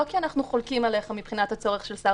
לא כי אנחנו חולקים עליך מבחינת הצורך של שר הכלכלה.